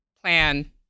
plan